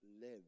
live